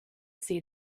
see